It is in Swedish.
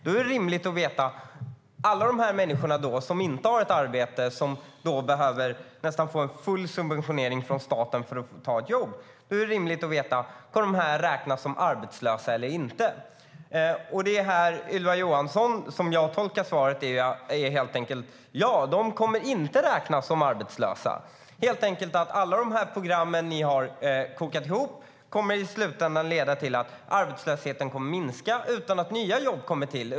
Då är det rimligt att få veta om alla de människor som inte har ett arbete och som nästan behöver få full subventionering från staten för att få ett jobb kommer att räknas som arbetslösa eller inte. Som jag tolkar Ylva Johanssons svar kommer de inte att räknas som arbetslösa. Alla program som regeringen har kokat ihop kommer i slutänden att leda till att arbetslösheten kommer att minska utan att nya jobb kommer till.